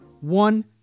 one